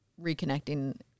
reconnecting